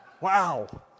Wow